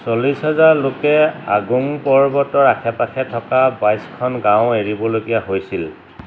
চল্লিছ হাজাৰ লোকে আগুং পৰ্বতৰ আশে পাশে থকা বাইছখন গাওঁ এৰিবলগীয়া হৈছিল